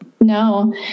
no